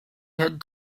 had